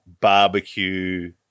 barbecue